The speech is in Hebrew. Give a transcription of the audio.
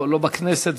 לא בכנסת,